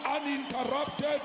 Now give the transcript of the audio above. uninterrupted